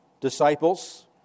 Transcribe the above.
disciples